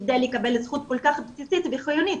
כדי לקבל זכות כל כך בסיסית וחיונית,